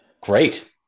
Great